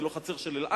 זה לא חצר של אל-אקצא,